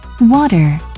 Water